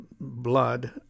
blood